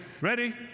Ready